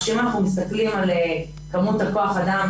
אם אנחנו מסתכלים על כמות כוח האדם,